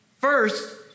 first